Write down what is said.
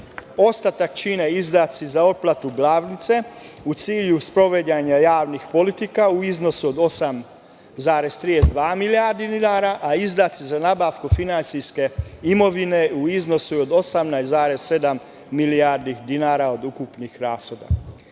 Ostatak čine izdaci za otplatu glavnice u cilju sprovođenja javnih politika u iznosu od 8,32 milijarde dinara, a izdaci za nabavku finansijske imovine u iznosu od 18,7 milijardi dinara od ukupnih